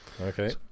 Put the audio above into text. Okay